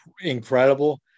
incredible